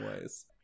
ways